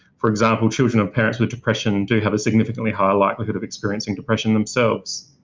for example, children of parents with depression do have a significantly higher likelihood of experiencing depression themselves.